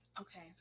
okay